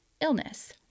illness